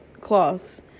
cloths